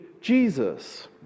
Jesus